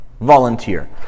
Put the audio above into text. Volunteer